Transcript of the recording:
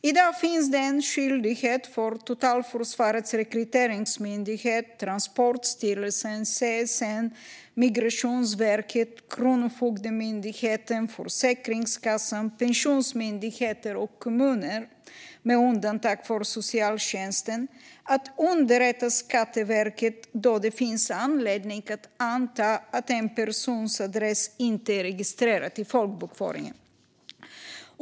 I dag finns det en skyldighet för Totalförsvarets rekryteringsmyndighet, Transportstyrelsen, CSN, Migrationsverket, Kronofogdemyndigheten, Försäkringskassan, Pensionsmyndigheten och kommuner, med undantag för socialtjänsten, att underrätta Skatteverket då det finns anledning att anta att en persons adress inte är registrerad i folkbokföringen.